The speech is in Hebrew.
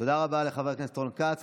תודה רבה לחבר הכנסת רון כץ.